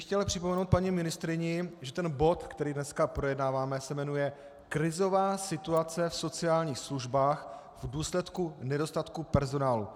Chtěl bych připomenout paní ministryni, že bod, který dneska projednáváme, se jmenuje Krizová situace v sociálních službách v důsledku nedostatku personálu.